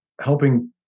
helping